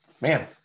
man